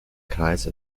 kreis